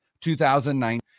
2009